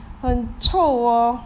很臭喔